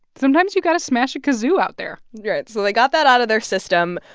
sometimes you got to smash a kazoo out there yeah so they got that out of their system,